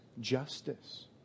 justice